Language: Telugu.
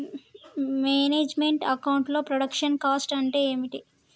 మేనేజ్ మెంట్ అకౌంట్ లో ప్రొడక్షన్ కాస్ట్ అంటే ఏమిటి?